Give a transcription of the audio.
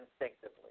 instinctively